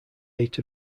state